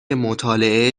مطالعه